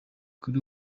kuri